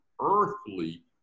earthly